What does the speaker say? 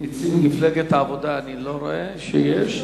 נציג מפלגת העבודה, אני לא רואה שיש.